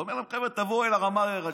אז הוא אומר להם: חבר'ה, תבואו אל הרמאי הראשי,